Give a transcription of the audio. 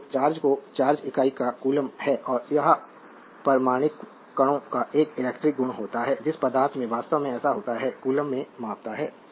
तो चार्ज की चार्ज इकाई एक कूलम्ब है और यह परमाण्विक कणों का एक इलेक्ट्रिक गुण होता है जिस पदार्थ में वास्तव में ऐसा होता है कूलम्ब में मापता है